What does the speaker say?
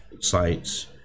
sites